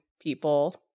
people